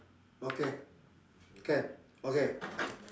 okay can okay